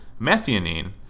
methionine